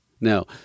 Now